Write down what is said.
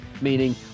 meaning